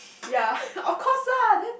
ya of course lah then